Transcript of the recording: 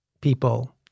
people